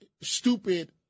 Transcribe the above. stupid